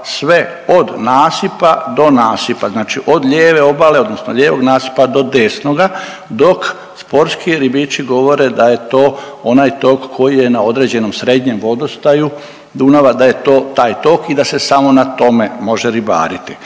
sve od nasipa do nasipa, znači od lijeve obale odnosno lijevog nasipa do desnoga dok sportski ribiči govore da je to onaj tok koji je na određenom srednjem vodostaju Dunava da je to taj tok i da se samo na tome može ribariti